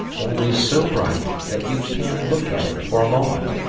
only so bright that you can't look at it for a moment.